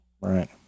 right